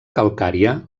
calcària